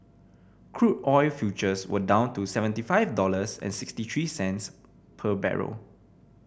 crude oil futures were down to seventy five dollars and sixty three cents per barrel